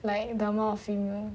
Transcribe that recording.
like the amount of female